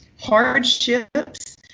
hardships